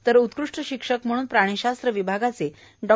तर उत्कृष्ट शिक्षक म्हणून प्राणिशास्त्र विभागाचे डॉ